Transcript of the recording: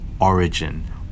origin